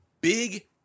big